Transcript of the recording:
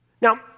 Now